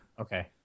Okay